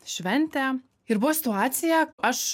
šventę ir buvo situacija aš